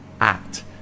act